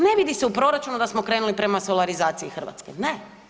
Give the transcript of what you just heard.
Ne vidi se u proračunu da smo krenuli prema solarizaciji Hrvatske, ne.